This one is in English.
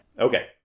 Okay